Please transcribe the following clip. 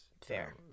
Fair